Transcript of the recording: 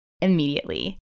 immediately